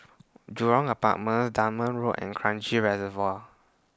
Jurong Apartments Dunman Road and Kranji Reservoir